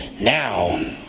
now